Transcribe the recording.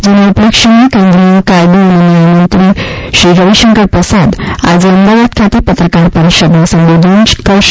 જેના ઉપલક્ષ્યમાં કેન્દ્રિય કાયદો અને ન્યાયમંત્રી શ્રી રવિશંકર પ્રસાદ આજે અમદાવાદ ખાતે પત્રકાર પરિષદને સંબોધન કરશે